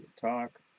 talk